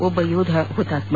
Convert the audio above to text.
ಒಬ್ಬ ಯೋಧ ಹುತಾತ್ಮ